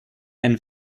and